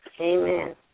Amen